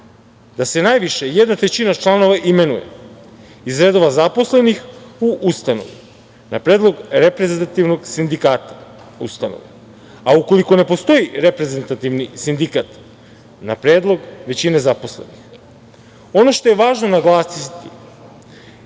da se najviše jedna trećina članova imenuje iz redova zaposlenih u ustanovi, na predlog reprezentativnog sindikata ustanove, a ukoliko ne postoji reprezentativni sindikat, na predlog većine zaposlenih. Ono što je važno naglasiti,